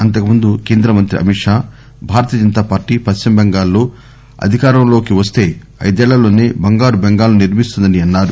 అంతకుముందు కేంద్రమంత్రి అమిత్ షా భారతీయ జనతా పార్టీ పశ్చిమ బెంగాల్ లో అధికారంలోకి వస్తే ఐదేళ్లలోసే బంగారు బెంగాల్ ను నిర్మిస్తుందని అన్నారు